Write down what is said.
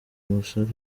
umusore